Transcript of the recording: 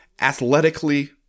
athletically